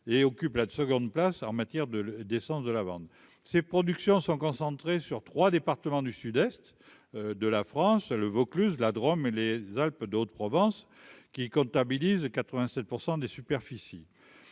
et occupe la seconde place en matière de d'essence de lavande, ces productions sont concentrées sur 3 départements du Sud-Est de la France, le Vaucluse, la Drôme, les Alpes, d'autres Provence qui comptabilise 87 % des superficies